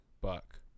buck